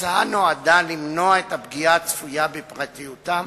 ההצעה נועדה למנוע את הפגיעה הצפויה בפרטיותם